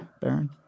Baron